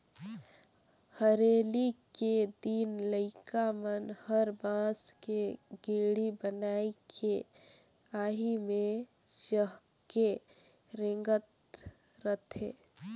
हरेली के दिन लइका मन हर बांस के गेड़ी बनायके आही मे चहके रेंगत रथे